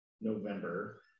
November